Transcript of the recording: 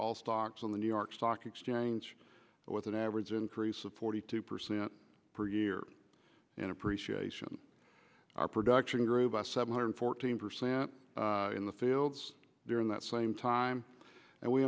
all stocks on the new york stock exchange with an average increase of forty two percent per year in appreciation our production grew by seven hundred fourteen percent in the fields during that same time and we